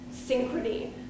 synchrony